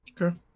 okay